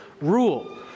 rule